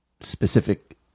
specific